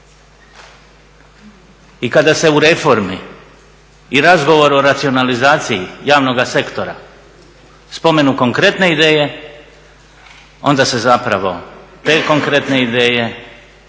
I kada se u reformi i razgovoru o racionalizaciji javnoga sektora spomenu konkretne ideje, onda se zapravo te konkretne ideje